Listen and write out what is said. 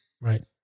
Right